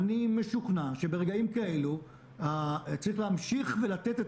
אני משוכנע שברגעים כאלו צריך להמשיך ולתת את